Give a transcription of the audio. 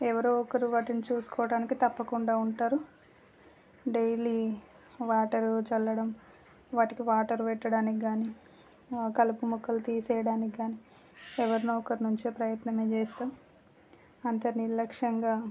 ఎవరో ఒకరు వాటిని చూసుకోవటానికి తప్పకుండా ఉంటారు డైలీ వాటర్ చల్లడం వాటికి వాటర్ పెట్టడానికి కాని కలుపుమొక్కలు తీసేయడానికి కాని ఎవరినో ఒకరిని ఉంచే ప్రయత్నం మేము చేస్తాం అంత నిర్లక్ష్యంగా